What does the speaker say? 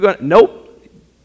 Nope